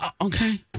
okay